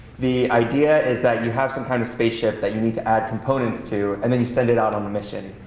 the idea is that you have some kind of spaceship that you need to add components to, and then you send it out on a mission.